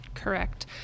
Correct